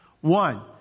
One